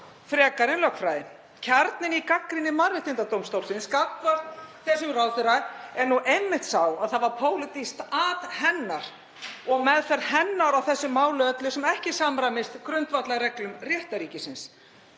frekar en lögfræði. Kjarninn í gagnrýni Mannréttindadómstólsins gagnvart þessum ráðherra er einmitt sá að það var pólitískt at hennar og meðferð hennar á þessu máli öllu sem ekki samræmist grundvallarreglum réttarríkisins.